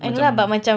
macam